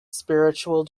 spiritual